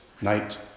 night